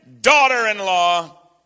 daughter-in-law